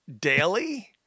daily